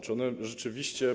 Czy one rzeczywiście.